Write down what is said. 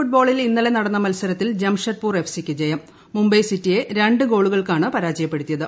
ഫുട്ബോളിൽ ഇന്നല്ലൂ നടന്ന മത്സരത്തിൽ ജംഷഡ്പൂർ എഫ് സിക്ക് ജയും പ്രിമു് ബൈ സിറ്റിയെ രണ്ട് ഗോളുകൾക്കാണ് പരാജയപ്പെടുത്തിയ്ത്